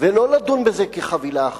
ולא לדון בזה כחבילה אחת.